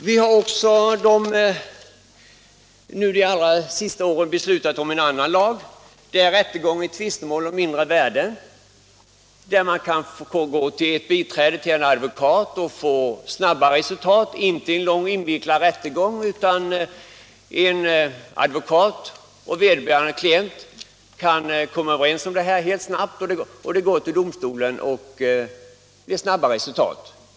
Vi har också under de allra senaste åren beslutat om en annan lag, nämligen rörande rättegång i tvistemål om mindre värden. I ett sådant ärende kan man gå till advokat och snabbt få resultat. Det behövs inte en lång invecklad rättegång, utan en advokat och vederbörande klient kan komma överens snabbt, varefter ärendet går till domstol — och man når resultat snabbt.